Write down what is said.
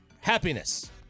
Happiness